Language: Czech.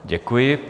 Děkuji.